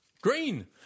Green